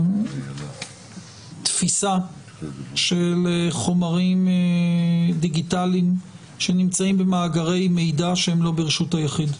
על תפיסה של חומרים דיגיטליים שנמצאים במאגרי מידע שהם לא ברשות היחיד.